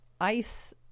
ice